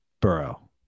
Burrow